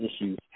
issues